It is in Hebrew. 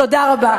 תודה רבה.